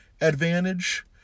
advantage